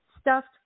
stuffed